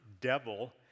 devil